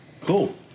cool